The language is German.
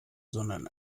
sondern